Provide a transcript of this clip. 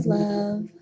love